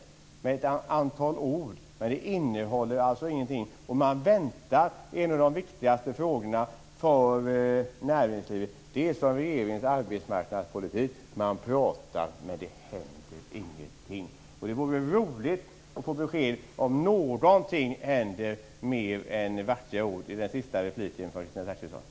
Det är ett antal ord, men det innehåller ingenting. Och detta är en av de viktigaste frågorna för näringslivet. Det är som med regeringens arbetsmarknadspolitik - man pratar med det händer ingenting. Det vore roligt att i Kristina Zakrissons sista replik till mig få besked om det händer någonting och att inte bara få höra vackra ord.